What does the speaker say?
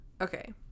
Okay